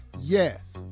Yes